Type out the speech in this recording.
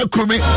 Kumi